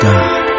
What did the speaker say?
God